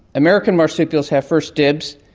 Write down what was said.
american marsupials have first dibs.